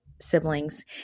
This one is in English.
siblings